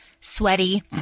sweaty